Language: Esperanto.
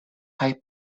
kaj